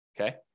Okay